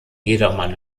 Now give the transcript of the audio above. jedermann